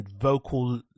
vocal